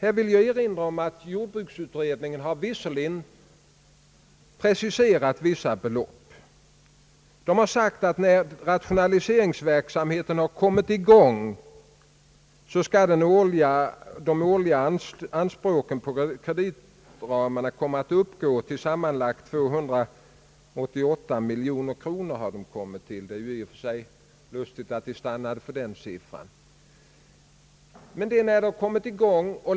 Här vill jag erinra om att jordbruksutredningen har preciserat vissa belopp. Den har sagt att när rationaliseringsverksamheten har kommit i gång skall de årliga anspråken på kreditramarna komma att uppgå till sammanlagt 288 miljoner kronor. Det är i och för sig lustigt att man stannar just för den siffran.